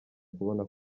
kubona